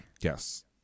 Yes